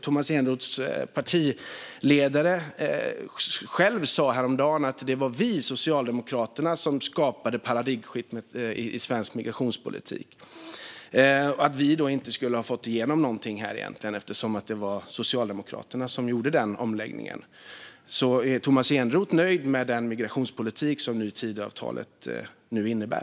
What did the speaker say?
Tomas Eneroths partiledare sa häromdagen att det var Socialdemokraterna som skapade paradigmskiftet i svensk migrationspolitik och att vi egentligen inte skulle ha fått igenom någonting, eftersom det var Socialdemokraterna som gjorde denna omläggning. Är Tomas Eneroth nöjd med den migrationspolitik som Tidöavtalet innebär?